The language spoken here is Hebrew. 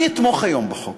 אני אתמוך היום בחוק.